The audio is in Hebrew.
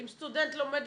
אם סטודנט לומד,